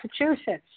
Massachusetts